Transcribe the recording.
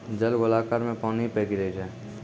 जाल गोलाकार मे पानी पे गिरै छै